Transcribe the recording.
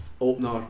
Opener